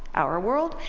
our world,